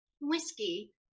whiskey